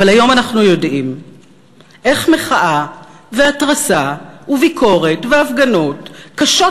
אבל היום אנחנו יודעים איך מחאה והתרסה וביקורת והפגנות קשות